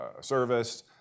service